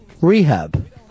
rehab